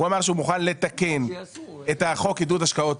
הוא אמר שהוא מוכן לתקן את חוק עידוד השקעות